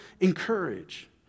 encourage